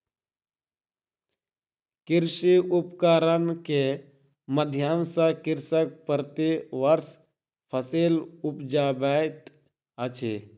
कृषि उपकरण के माध्यम सॅ कृषक प्रति वर्ष फसिल उपजाबैत अछि